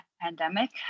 pandemic